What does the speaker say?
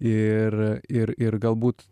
ir ir ir galbūt